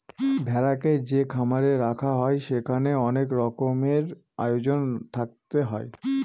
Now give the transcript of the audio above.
ভেড়াকে যে খামারে রাখা হয় সেখানে অনেক রকমের আয়োজন থাকতে হয়